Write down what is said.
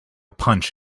punch